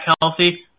healthy